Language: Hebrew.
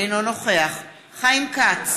אינו נוכח חיים כץ,